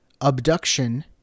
Abduction